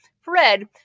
Fred